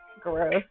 Gross